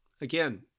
Again